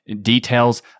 details